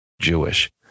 Jewish